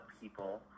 people